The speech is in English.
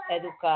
educar